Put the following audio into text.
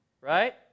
right